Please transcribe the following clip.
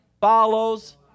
follows